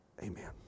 Amen